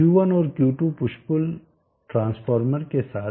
Q1 और Q2 push pull transformer के साथ